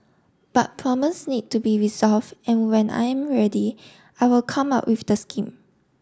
but need to be resolved and when I am ready I will come out with the scheme